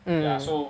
mm